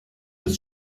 des